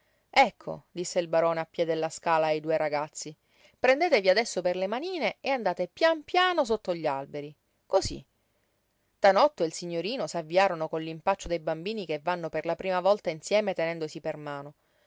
ecco disse il barone a piè della scala ai due ragazzi prendetevi adesso per le manine e andate pian piano sotto gli alberi cosí tanotto e il signorino s'avviarono con l'impaccio dei bambini che vanno per la prima volta insieme tenendosi per mano